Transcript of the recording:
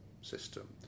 system